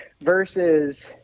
versus